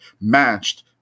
matched